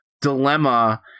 dilemma